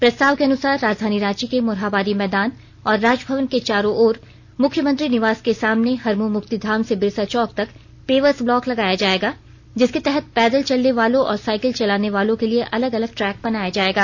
प्रस्ताव के अनुसार राजधानी रांची के मोरहाबादी मैदान और राजभवन के चारों ओर मुख्यमंत्री निवास के सामने हरमू मुक्तिधाम से बिरसा चौक तक पेवर्स ब्लॉक लगाया जायेगा जिसके तहत पैदल चलने वालों और साईकिल चलाने वालों के लिए अलग अलग ट्रैक बनाया जायेगा